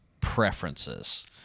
preferences